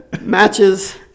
matches